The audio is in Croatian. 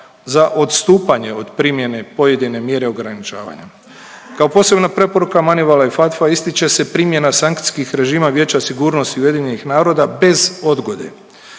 za odstupanje od primjene pojedine mjere ograničavanja. Kao posebna preporuka MONEYVAL-a i FATFA ističe se primjena sankcijskih režima Vijeća sigurnosti UN-a bez odgode.